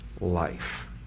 life